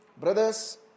brothers